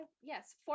yes